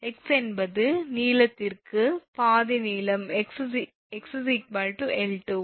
x என்பது நீளத்தின் பாதி நீளம் 𝑥 𝐿2